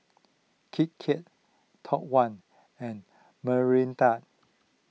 Kiki Top one and Mirinda